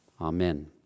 Amen